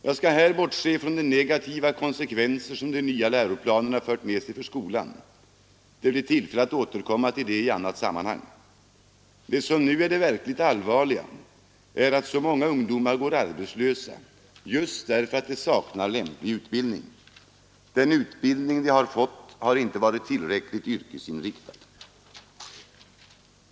Jag skall här bortse från de nu negativa konsekvenser som de nya läroplanerna fört med sig för skolan — det blir tillfälle att återkomma till den frågan i ett annat sammanhang. Vad som nu är det verkligt allvarliga är att så många ungdomar går arbetslösa just därför att de saknar lämplig utbildning. Den utbildning de fått har inte varit tillräckligt yrkesinriktad.